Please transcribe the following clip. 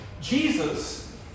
Jesus